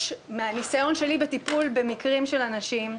מהניסיון שלי בטיפול במקרים של אנשים,